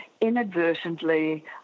inadvertently